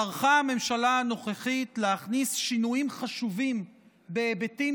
טרחה הממשלה הנוכחית להכניס שינויים חשובים בהיבטים